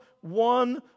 one